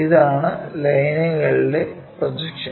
ഇതാണ് ലൈനുകളുടെ പ്രൊജക്ഷൻ